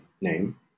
name